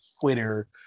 Twitter